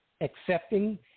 Accepting